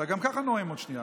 אתה לא חייב לתת לו,